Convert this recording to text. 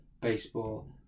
baseball